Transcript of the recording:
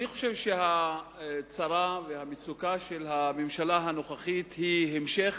אני חושב שהצרה והמצוקה של הממשלה הנוכחית הן המשך